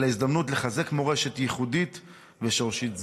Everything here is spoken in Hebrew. אלא הזדמנות לחזק מורשת ייחודית ושורשית זו.